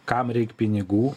kam reik pinigų